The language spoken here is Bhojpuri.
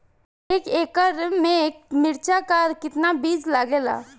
एक एकड़ में मिर्चा का कितना बीज लागेला?